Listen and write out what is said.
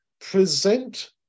present